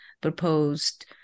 proposed